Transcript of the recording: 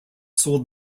sold